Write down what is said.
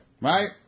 right